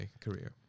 career